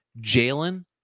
Jalen